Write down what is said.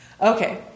Okay